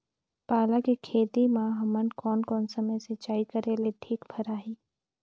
पाला के खेती मां हमन कोन कोन समय सिंचाई करेले ठीक भराही?